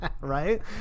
Right